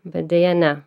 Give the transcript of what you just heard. bet deja ne